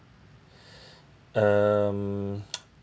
um